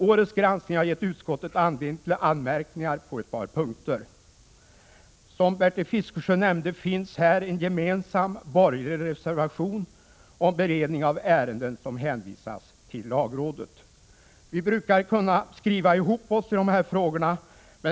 Årets granskning har gett utskottet anledning till anmärkningar på ett par punkter. Som Bertil Fiskesjö nämnde finns här en gemensam borgerlig reservation om beredningen av ärenden som hänvisas till lagrådet. Vi brukar kunna skriva ihop oss i dessa frågor.